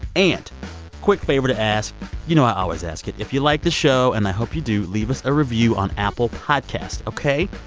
and quick favor to ask you know i always ask it. if you like the show, and i hope you do, leave us a review on apple podcasts, ok?